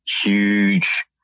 huge